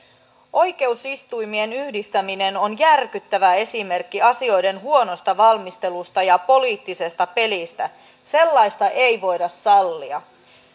oikeusistuimien yhdistäminen on järkyttävä esimerkki asioiden huonosta valmistelusta ja poliittisesta pelistä sellaista ei voida sallia